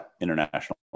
international